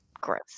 Gross